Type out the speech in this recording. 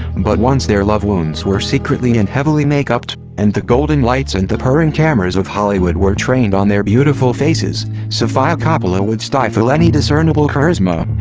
but once their love wounds were secretly and heavily make-upped, and the golden lights and the purring cameras of hollywood were trained on their beautiful faces, sofia coppola would stifle any discernible charisma.